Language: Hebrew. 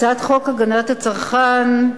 הצעת חוק הגנת הצרכן (תיקון,